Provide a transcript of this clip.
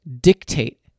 dictate